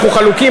אנחנו חלוקים,